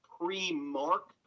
pre-mark